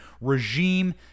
regime